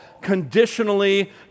conditionally